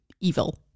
evil